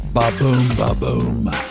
Ba-boom-ba-boom